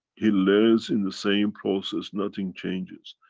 he learns in the same process, nothing changes.